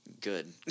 good